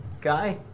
guy